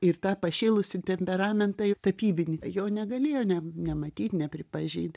ir tą pašėlusį temperamentą ir tapybinį jo negalėjo ne nematyt nepripažint